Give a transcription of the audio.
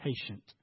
patient